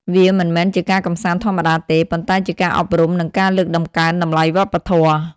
វាមិនមែនជាការកម្សាន្តធម្មតាទេ ប៉ុន្តែជាការអប់រំនិងការលើកតម្កើងតម្លៃវប្បធម៌។